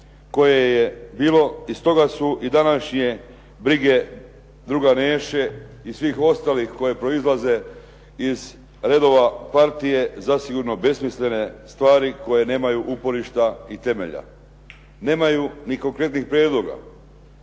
koje je bilo. I stoga su i današnje brige druga Neše i svih ostalih koje proizlaze iz redova partije zasigurno besmislene stvari koje nemaju uporišta i temelja. Nemaju ni konkretnih prijedloga.